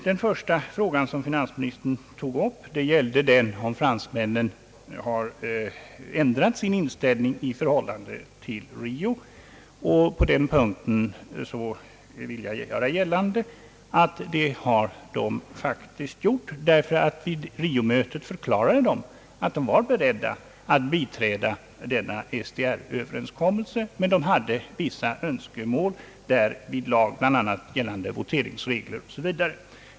Den första frågan som finansministern tog upp gällde den om fransmännen har ändrat sin inställning i förhållande till vad som framkom vid Riomötet, och på den punkten vill jag göra gällande att det har de faktiskt gjort. Vid Riomötet förklarade de, att de var beredda att biträda denna SDR-överenskommelse, men de hade vissa önskemål därvidlag bl.a. gällande voteringsregler osv.